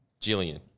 Jillian